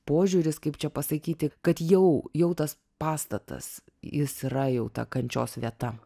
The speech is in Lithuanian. požiūris kaip čia pasakyti kad jau jau tas pastatas jis yra jau ta kančios vieta